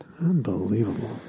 Unbelievable